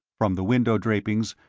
from the window-drapings,